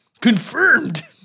Confirmed